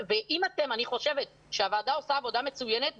אני חושבת שהוועדה עושה עבודה מצוינת,